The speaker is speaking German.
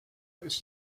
ist